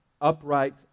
upright